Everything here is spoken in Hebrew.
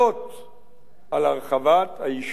על הרחבת היישוב היהודי בחברון.